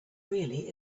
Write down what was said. really